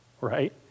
right